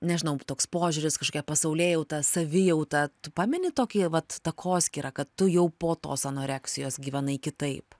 nežinau toks požiūris kažkokia pasaulėjauta savijauta tu pameni tokį vat takoskyrą kad tu jau po tos anoreksijos gyvenai kitaip